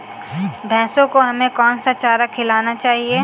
भैंसों को हमें कौन सा चारा खिलाना चाहिए?